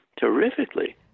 terrifically